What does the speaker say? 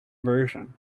version